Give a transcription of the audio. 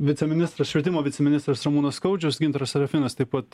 viceministras švietimo viceministras ramūnas skaudžius gintaras serafinas taip pat